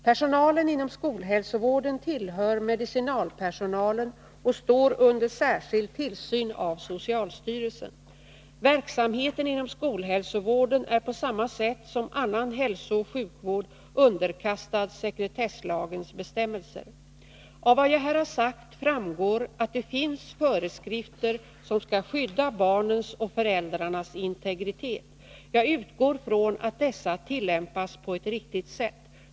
Personalen inom skolhälsovården tillhör medicinalpersonalen och står under särskild tillsyn av socialstyrelsen. Verksamheten inom skolhälsovården är på samma sätt som annan hälsooch sjukvård underkastad sekretesslagens bestämmelser. Av vad jag har sagt framgår att det finns föreskrifter som skall skydda barnens och föräldrarnas integritet. Jag utgår från att dessa tillämpas på ett riktigt sätt.